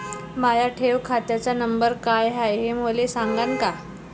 माया ठेव खात्याचा नंबर काय हाय हे मले सांगान का?